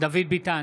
דוד ביטן,